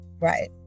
Right